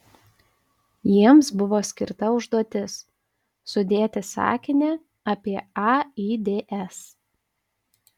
jiems buvo skirta užduotis sudėti sakinį apie aids